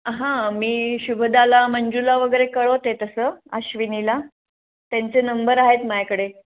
हां मी शुभदाला मंजुला वगैरे कळवते तसं आश्विनीला त्यांचे नंबर आहेत माझ्याकडे